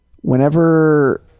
whenever